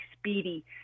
speedy